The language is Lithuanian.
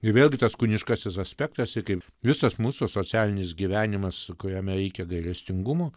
ir vėlgi tas kūniškasis aspektas ir kaip visas mūsų socialinis gyvenimas kuriame reikia gailestingumo